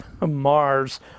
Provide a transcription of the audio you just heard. Mars